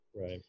right